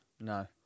No